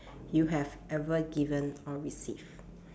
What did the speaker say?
you have ever given or received